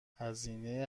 هزینه